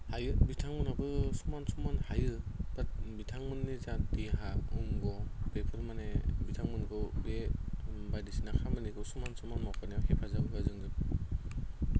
हायो बिथांमोनाबो समान समान हायो बाट बिथांमोननि जा देहा अंग' बेफोर माने बिथांमोनखौ बे बायदिसिना खामानिखौ समान समान मावफानायाव हेफाजाब होआ जोंनो